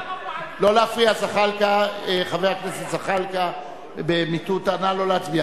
ההסתייגות של חברי הכנסת חנין זועבי וג'מאל זחאלקה לסעיף 4 לא נתקבלה.